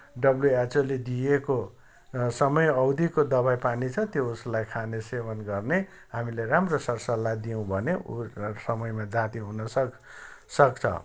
डब्लुएचओले दिएको समय अवधिको दवाईपानी छ त्यो उसलाई खाने सेवन गर्ने हामीले राम्रो सर सल्लाह दियौँ भने ऊ समयमा जाति हुनसक्छ